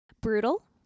Brutal